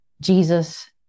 Jesus